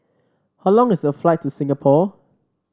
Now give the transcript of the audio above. how long is the flight to Singapore